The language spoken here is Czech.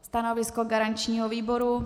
Stanovisko garančního výboru?